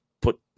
put